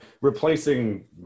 replacing